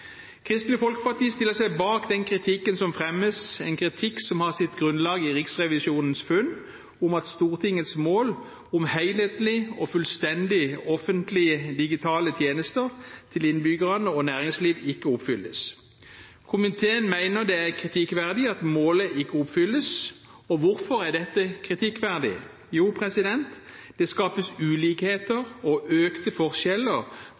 Kristelig Folkeparti stiller seg bak den kritikken som fremmes – en kritikk som har sitt grunnlag i Riksrevisjonens funn om at Stortingets mål om helhetlige og fullstendige offentlige digitale tjenester til innbyggere og næringsliv ikke oppfylles. Komiteen mener det er kritikkverdig at målet ikke oppfylles. Og hvorfor er dette kritikkverdig? Jo, det skapes ulikheter og økte forskjeller